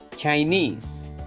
Chinese